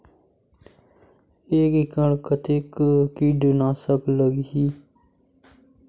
एक एकड़ कतेक किट नाशक लगही?